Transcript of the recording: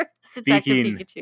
speaking